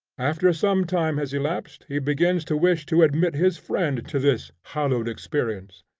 after some time has elapsed, he begins to wish to admit his friend to this hallowed experience,